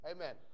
Amen